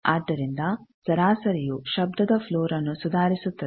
ಆದ್ದರಿಂದ ಸರಾಸರಿಯು ಶಬ್ಧದ ಫ್ಲೋರ್ನ್ನು ಸುಧಾರಿಸುತ್ತದೆ